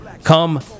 Come